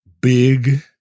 big –